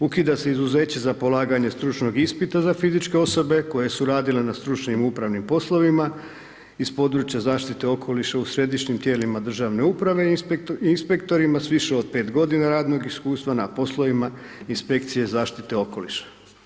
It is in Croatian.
Ukida se izuzeće za polaganje stručnog ispita za fizičke osobe koje su radile na stručnim i upravnim poslovima, iz područja zaštite okoliša u središnjim tijelima državne uprave i inspektorima s više od 5 godina radnog iskustva na poslovima inspekcije zaštite okoliša.